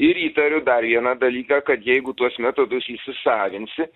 ir įtariu dar vieną dalyką kad jeigu tuos metodus įsisavinsi